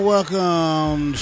Welcome